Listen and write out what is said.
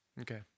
Okay